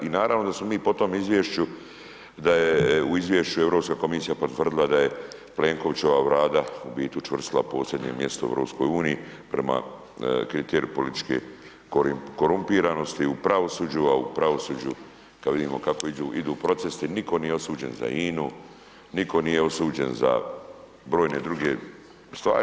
I naravno da smo mi po tom izvješću, da je u izvješću Europska komisija potvrdila da je Plenkovićeva Vlada u biti učvrstila posljednje mjesto u EU prema kriteriju političke korumpiranosti u pravosuđu a u pravosuđu kada vidimo kako idu procesi nitko nije osuđen za INA-u, nitko nije osuđen za brojne druge stvari.